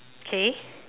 okay